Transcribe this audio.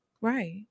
Right